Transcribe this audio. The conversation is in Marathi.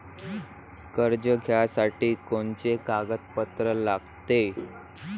कर्ज घ्यासाठी कोनचे कागदपत्र लागते?